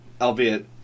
albeit